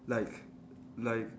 like like